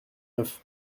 neuf